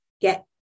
get